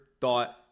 thought